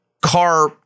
car